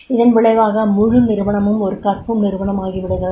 இதன் விளைவாக முழு நிறுவனமும் ஒரு கற்கும் நிறுவனமாகிவிடுகிறது